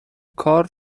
کار